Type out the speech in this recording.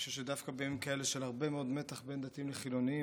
אני חושב שדווקא בימים כאלה של הרבה מאוד מתח בין דתיים לחילונים,